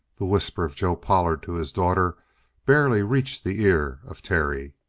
the whisper of joe pollard to his daughter barely reached the ear of terry.